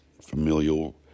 familial